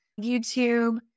YouTube